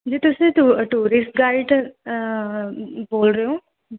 ਜੀ ਤੁਸੀਂ ਟੂ ਟੂਰਿਸਟ ਗਾਈਡ ਬੋਲ ਰਹੇ ਹੋ